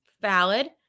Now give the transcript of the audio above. Valid